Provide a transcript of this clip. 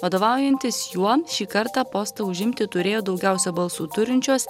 vadovaujantis juo šį kartą postą užimti turėjo daugiausia balsų turinčios